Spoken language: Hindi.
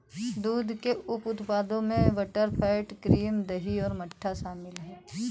दूध के उप उत्पादों में बटरफैट, क्रीम, दही और मट्ठा शामिल हैं